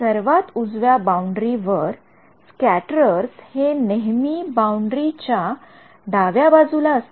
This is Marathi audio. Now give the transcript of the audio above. सर्वात उजव्या बाउंडरी वर स्क्याटरर्स हे नेहमी बाउंडरी डाव्या बाजूला असतात